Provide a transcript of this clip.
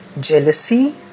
jealousy